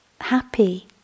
happy